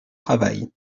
travail